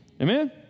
Amen